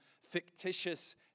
fictitious